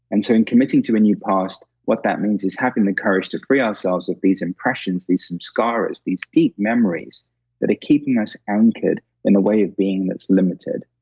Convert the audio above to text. and so, in committing to a new past what that means is having the courage to free ourselves of these impressions, these um scars, these deep memories that are keeping us anchored in a way of being that's limited,